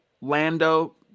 Lando